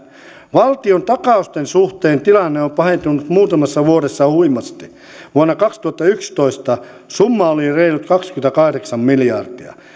valtion takausten suhteen tilanne on on pahentunut muutamassa vuodessa huimasti vuonna kaksituhattayksitoista summa oli reilut kaksikymmentäkahdeksan miljardia